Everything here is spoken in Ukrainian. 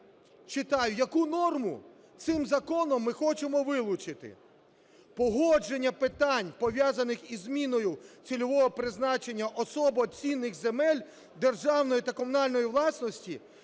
яку норму цим законом ми хочемо вилучити. Погодження питань, пов'язаних із зміною цільового призначення особо цінних земель державної та комунальної власності,